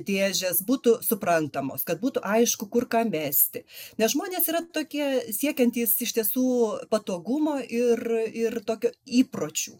dėžės būtų suprantamos kad būtų aišku kur ką mesti nes žmonės yra tokie siekiantys iš tiesų patogumo ir ir tokio įpročių